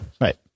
right